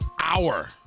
hour